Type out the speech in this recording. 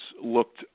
looked